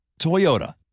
Toyota